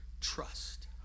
trust